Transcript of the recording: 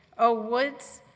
oh, woods,